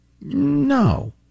No